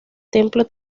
templo